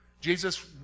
Jesus